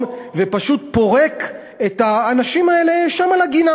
ופשוט פורק את האנשים האלה שם אל הגינה,